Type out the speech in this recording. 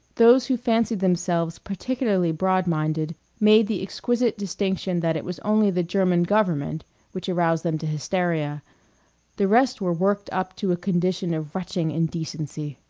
those who fancied themselves particularly broad-minded made the exquisite distinction that it was only the german government which aroused them to hysteria the rest were worked up to a condition of retching indecency.